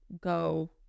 go